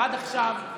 עד עכשיו,